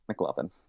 McLovin